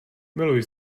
miluji